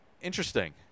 Interesting